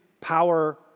power